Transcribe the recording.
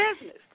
business